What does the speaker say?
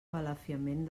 balafiament